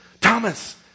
Thomas